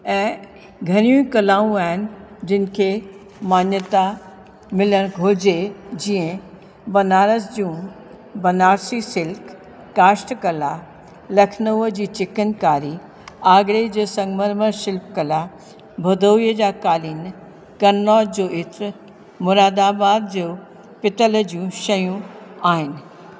ऐं घड़ियूं कलाऊं आहिनि जिनिखे मान्यता मिलण घुरिजे जीअं बनारस जूं बनारसी सिल्क काष्ट कला लखनऊ जी चिकनकारी आगरे जे संगमरमर शिल्प कला भदौईअ जा कालीन कनौज जो इत्र मुरादाबाद जो पितल जूं शयूं आहिनि